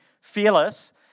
Fearless